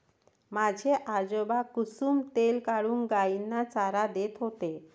माझे आजोबा कुसुम तेल काढून गायींना चारा देत होते